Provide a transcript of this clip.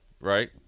right